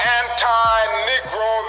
anti-negro